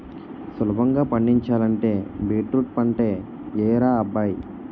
సులభంగా పండించాలంటే బీట్రూట్ పంటే యెయ్యరా అబ్బాయ్